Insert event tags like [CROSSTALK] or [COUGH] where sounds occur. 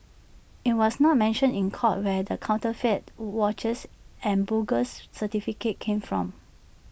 IT was not mentioned in court where the counterfeit [UNINTELLIGIBLE] watches and bogus certificates came from